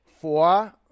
four